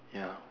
ya